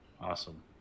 Awesome